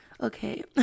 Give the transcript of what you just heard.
Okay